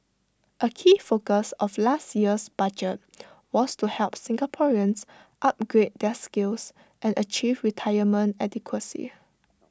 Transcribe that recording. A key focus of last year's budget was to help Singaporeans upgrade their skills and achieve retirement adequacy